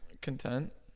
Content